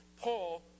Paul